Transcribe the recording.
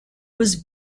was